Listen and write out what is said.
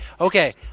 Okay